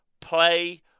play